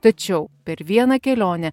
tačiau per vieną kelionę